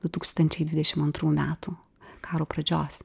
du tūkstančiai dvidešim antrų metų karo pradžios